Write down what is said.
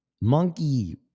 monkey